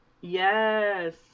Yes